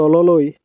তললৈ